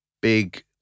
big